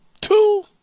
two